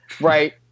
right